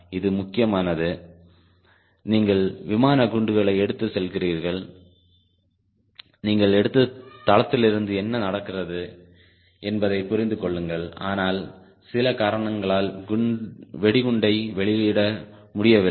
இது முக்கியமானது நீங்கள் விமான குண்டுகளை எடுத்துச் செல்கிறீர்கள் நீங்கள் எடுத்த தளத்திலிருந்து என்ன நடக்கிறது என்பதைப் புரிந்து கொள்ளுங்கள் ஆனால் சில காரணங்களால் வெடிகுண்டை வெளியிட முடியவில்லை